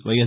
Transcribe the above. YS